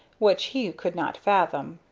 which he could not fathom.